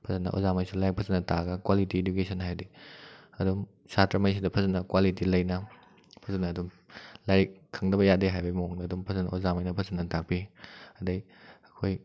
ꯐꯖꯅ ꯑꯣꯖꯥꯈꯩꯁꯨ ꯂꯥꯏꯔꯤꯛ ꯐꯖꯅ ꯇꯥꯛꯂꯒ ꯀ꯭ꯋꯥꯂꯤꯇꯤ ꯏꯗꯨꯀꯦꯁꯟ ꯍꯥꯏꯗꯤ ꯑꯗꯨꯝ ꯁꯥꯇ꯭ꯔꯈꯩꯁꯤꯗ ꯐꯖꯅ ꯀ꯭ꯋꯥꯂꯤꯇꯤ ꯂꯩꯅ ꯐꯖꯅ ꯑꯗꯨꯝ ꯂꯥꯏꯛ ꯈꯪꯗꯕ ꯌꯥꯗꯦ ꯍꯥꯏꯕꯩ ꯃꯑꯣꯡꯗ ꯑꯗꯨꯝ ꯐꯖꯅ ꯑꯣꯖꯥꯈꯩꯅ ꯐꯖꯅ ꯇꯥꯛꯄꯤ ꯑꯗꯩ ꯑꯩꯈꯣꯏ